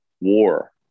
War